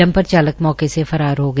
dumper चालक मौके से फरार हो गया